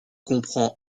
comprend